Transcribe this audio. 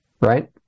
Right